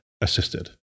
assisted